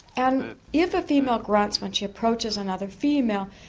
and if a female grunts when she approaches another female,